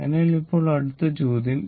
അതിനാൽ ഇപ്പോൾ അടുത്ത ചോദ്യം